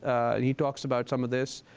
and he talks about some of this.